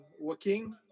working